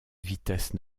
vitesse